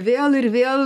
vėl ir vėl